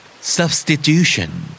Substitution